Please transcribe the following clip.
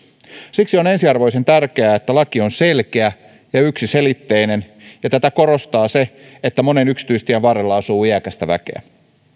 siksi on ensiarvoisen tärkeää että laki on selkeä ja yksiselitteinen ja tätä korostaa se että monen yksityistien varrella asuu iäkästä väkeä